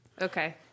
Okay